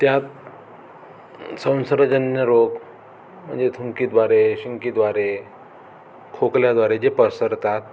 त्यात संसर्गजन्य रोग म्हणजे थुंकीद्वारे शिंकेद्वारे खोकल्याद्वारे जे पसरतात